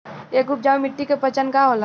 एक उपजाऊ मिट्टी के पहचान का होला?